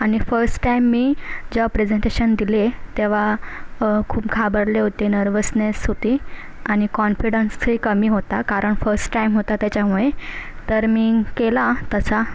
आणि first time मी जेव्हा प्रेजेंटेशन दिले तेव्हा खूप घाबरले होते नर्वसनेस होती आणि कॉन्फिडन्सही कमी होता कारण फस टाइम होता त्याच्यामुळे तर मी केला तसा